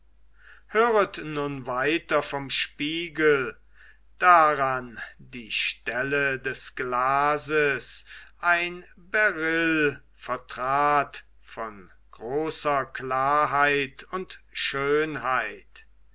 höret nun weiter vom spiegel daran die stelle des glases ein beryll vertrat von großer klarheit und schönheit